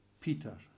Peter